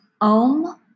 Om